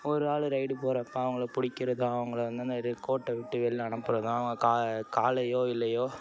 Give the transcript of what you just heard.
ஒரு ஆள் ரைடு போகிறப்ப அவங்கள பிடிக்கிறதோ அவங்கள வந்து அந்த கோட்டை விட்டு வெளில அனுப்புவதும் அவங்க காலையோ இல்லை